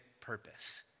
purpose